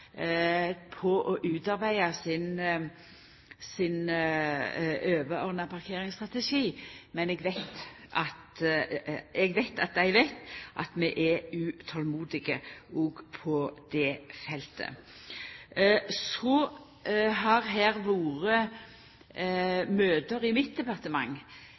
på å utarbeida sin overordna parkeringsstrategi, men eg veit at dei veit at vi er utolmodige òg på det feltet. Så har det vore møte i mitt departement